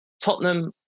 Tottenham